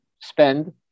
spend